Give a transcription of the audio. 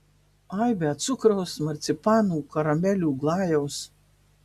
aibę cukraus marcipanų karamelių glajaus